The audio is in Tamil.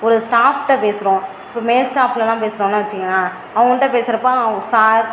ஒரு ஸ்டாஃப்கிட்ட பேசுகிறோம் இப்போ மேல் ஸ்டாஃப்ட்டலாம் பேசுகிறோம்னு வச்சுக்கோங்களேன் அவங்கள்ட்ட பேசுகிறப்ப சார்